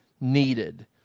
needed